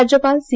राज्यपाल सी